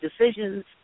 decisions